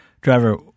driver